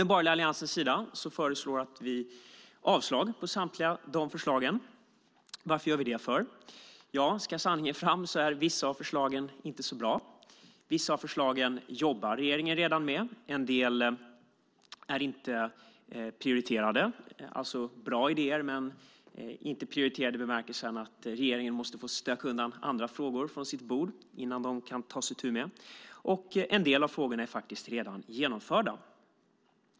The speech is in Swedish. Den borgerliga alliansen föreslår avslag på samtliga förslag. Varför gör vi det? Ska sanningen fram är vissa av förslagen inte så bra. Vissa av förslagen jobbar regeringen redan med. En del är inte prioriterade. Det är alltså bra idéer, men de är inte prioriterade i den bemärkelsen att regeringen måste få stöka undan andra frågor från sitt bord innan man kan ta itu med dem. Och en del av förslagen är faktiskt redan genomförda.